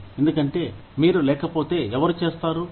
ఎందుకంటే మీరు లేకపోతే ఎవరు చేస్తారు